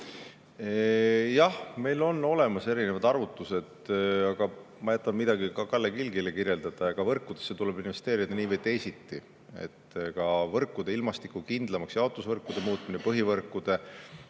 Jah, meil on olemas erinevad arvutused. Ma jätan midagi ka Kalle Kilgile kirjeldada. Aga võrkudesse tuleb investeerida nii või teisiti, ka võrkude ilmastikukindlamaks muutmisse, jaotusvõrkude muutmisse ja põhivõrkude